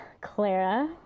Clara